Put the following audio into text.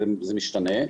זה משתנה.